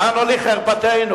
לאן נוליך חרפתנו?